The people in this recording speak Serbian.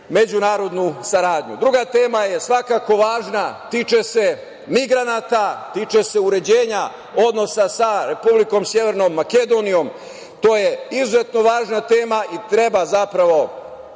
međunarodnu saradnju. Druga tema je svakako važna, tiče se migranata, tiče se uređenja odnosa sa Republikom Severnom Makedonijom. To je izuzetno važna tema i treba zapravo